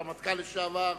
הרמטכ"ל לשעבר,